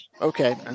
Okay